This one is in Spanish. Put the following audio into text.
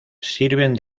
sirven